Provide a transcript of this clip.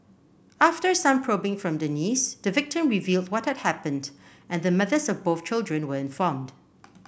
after some probing from the niece the victim revealed what had happened and the mothers of both children were informed